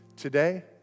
Today